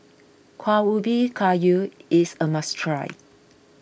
Kueh Ubi Kayu is a must try